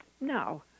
No